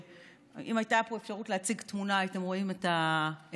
אם הייתה פה אפשרות להציג תמונה הייתם רואים את הבושה.